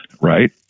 Right